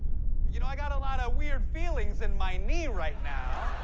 you know, i got a lot of weird feelings in my knee right now.